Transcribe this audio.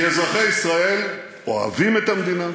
כי אזרחי ישראל אוהבים את המדינה,